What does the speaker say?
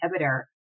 inhibitor